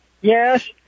Yes